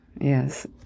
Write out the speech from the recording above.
Yes